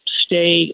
stay